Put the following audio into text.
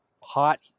hot